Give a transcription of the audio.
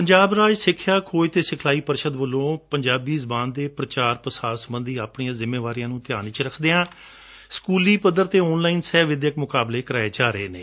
ਪੰਜਾਬ ਰਾਜ ਸਿੱਖਿਆ ਖੋਜ ਅਤੇ ਸਿਖਲਾਈ ਪ੍ਰੀਸ਼ਦ ਵੱਲੋਂ ਪੰਜਾਬੀ ਜ਼ਬਾਨ ਦੇ ਪ੍ਰਚਾਰ ਪ੍ਰਸਾਰ ਸਬੰਧੀ ਆਪਣੀਆਂ ਜ਼ਿੰਮੇਵਾਰੀਆਂ ਨੰ ਧਿਆਨ ਵਿਚ ਰਖਦਿਆਂ ਸਕੁਲੀ ਪੱਧਰ ਤੇ ਆਨ ਲਾਈਨ ਸਹਿ ਵਿਦਿਅਕ ਮੁਕਾਬਲੇ ਕਰਵਾਏ ਜਾ ਰਹੇ ਨੇ